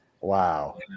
Wow